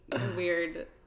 weird